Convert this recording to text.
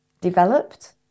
developed